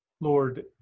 Lord